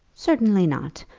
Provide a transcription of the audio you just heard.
certainly not.